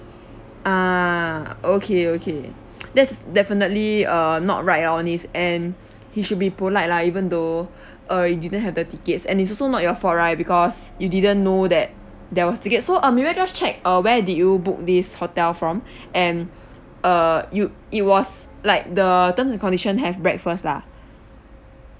ah okay okay that's definitely err not right on his end he should be polite lah even though uh you didn't have the tickets and it's also not your fault right because you didn't know that there was ticket so uh may I just check uh where did you book this hotel from and err you it was like the terms and condition have breakfast lah